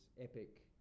epic